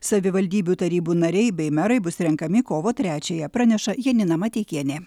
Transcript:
savivaldybių tarybų nariai bei merai bus renkami kovo trečiąją praneša janina mateikienė